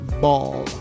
Ball